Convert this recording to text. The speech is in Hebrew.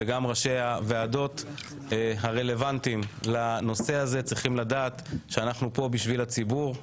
ראשי הוועדות הרלוונטיים לנושא הזה צריכים לדעת שאנחנו פה בשביל הציבור,